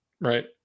right